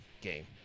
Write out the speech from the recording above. game